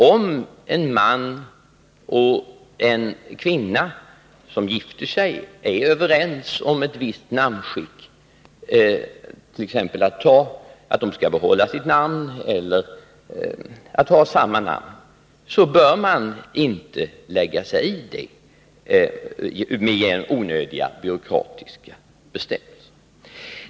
Om en man och en kvinna som gifter sig är överens om ett visst namnskick, t.ex. att var och en skall behålla sitt namn eller att de skall ha samma namn, bör man inte lägga sig i det med onödiga byråkratiska bestämmelser.